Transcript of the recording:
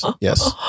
Yes